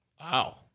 Wow